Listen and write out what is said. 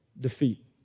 defeat